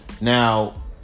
Now